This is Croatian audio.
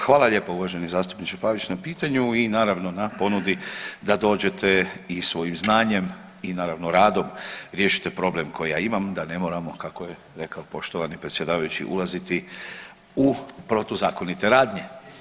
Hvala lijepa uvaženi zastupniče Pavić na pitanju i naravno na ponudi da dođete i svojim znanjem i naravno radom riješite problem koji ja imam da ne moramo kako je rekao poštovani predsjedavajući ulaziti u protuzakonite radnje.